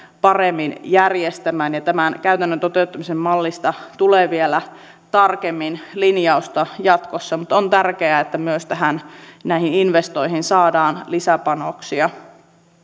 paremmin järjestämään tämän käytännön toteuttamisen mallista tulee vielä tarkemmin linjausta jatkossa mutta on tärkeää että myös näihin investointeihin saadaan lisäpanoksia